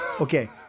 Okay